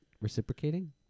reciprocating